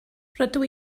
rydw